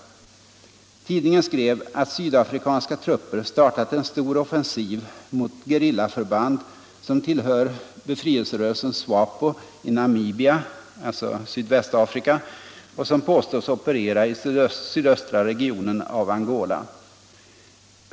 Tidningen skrev att sydafrikanska trupper startat en stor offensiv mot gerillaförband, som tillhör befrielserörelsen SWAPO i Namibia — Sydvästafrika — och som påstås operera i sydöstra regionen av Angola.